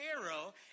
Pharaoh